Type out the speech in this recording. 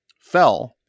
fell